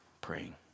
praying